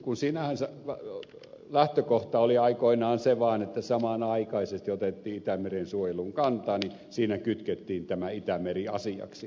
kun sinänsä lähtökohta oli aikoinaan se vaan että samanaikaisesti otettiin itämeren suojeluun kantaa niin siinä kytkettiin tämä itämeri asiaksi